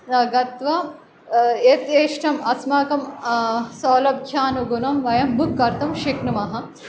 गत्वा यतेष्टम् अस्माकं सौलभ्यानुगुनं वयं बुक् कर्तुं शक्नुमः